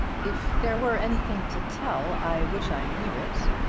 if there were anything to tell i wish i knew it.